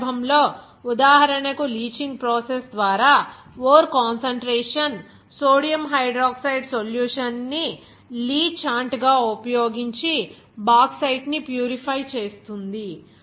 ఈ సందర్భంలోఉదాహరణకులీచింగ్ ప్రాసెస్ ద్వారా or concentration sodium hydroxide solution ని లీ ఛాన్ట్ గా ఉపయోగించి బాక్సైట్ ని ప్యూరిఫై చేస్తుంది